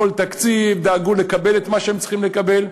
כל תקציב, דאגו לקבל את מה שהם צריכים לקבל.